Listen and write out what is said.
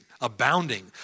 abounding